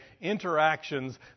interactions